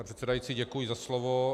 Pane předsedající, děkuji za slovo.